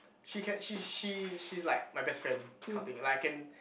she can she she she is like my best friend that kind of thing like I can